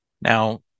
Now